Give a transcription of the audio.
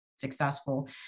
successful